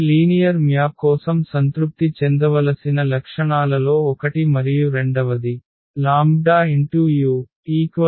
ఇది linear map కోసం సంతృప్తి చెందవలసిన లక్షణాలలో ఒకటి మరియు రెండవది λu λ